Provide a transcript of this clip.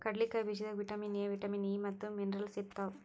ಕಡ್ಲಿಕಾಯಿ ಬೀಜದಾಗ್ vitamin A, vitamin E ಮತ್ತ್ ಮಿನರಲ್ಸ್ ಇರ್ತವ್